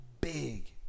big